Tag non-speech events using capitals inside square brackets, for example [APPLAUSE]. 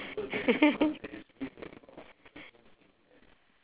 [LAUGHS]